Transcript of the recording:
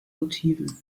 motiven